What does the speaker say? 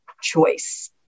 choice